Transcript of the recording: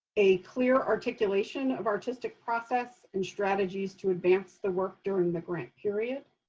a clear articulation of artistic process and strategies to advance the work during the grant period.